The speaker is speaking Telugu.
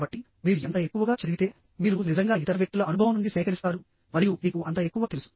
కాబట్టి మీరు ఎంత ఎక్కువగా చదివితే మీరు నిజంగా ఇతర వ్యక్తుల అనుభవం నుండి సేకరిస్తారు మరియు మీకు అంత ఎక్కువ తెలుసు